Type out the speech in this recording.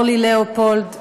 אורלי לאופולד,